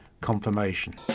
Confirmation